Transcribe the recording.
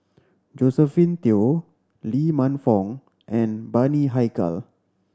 Josephine Teo Lee Man Fong and Bani Haykal